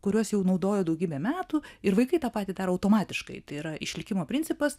kuriuos jau naudojo daugybę metų ir vaikai tą patį daro automatiškai tai yra išlikimo principas